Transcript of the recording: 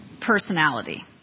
personality